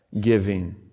giving